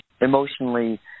emotionally